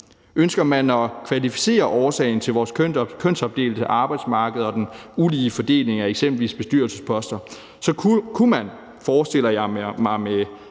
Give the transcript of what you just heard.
Ønsker man at kvalificere årsagen til vores kønsopdelte arbejdsmarked og den ulige fordeling af eksempelvis bestyrelsesposter, kunne man – forestiller jeg mig – med